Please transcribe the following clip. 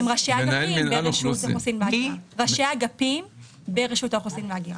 הם ראשי אגפים ברשות האוכלוסין וההגירה.